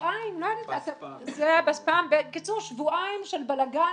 שבועיים של בלגאן